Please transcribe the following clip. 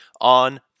on